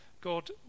God